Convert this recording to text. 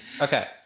Okay